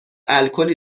الکلی